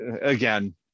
again